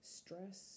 stress